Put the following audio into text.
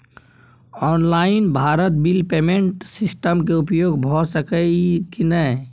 Online Bharat bill payment system के उपयोग भ सके इ की नय?